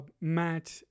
Matt